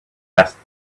asked